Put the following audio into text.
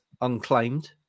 unclaimed